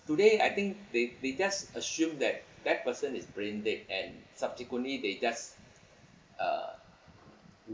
today I think they they just assume that that person is brain dead and subsequently they just uh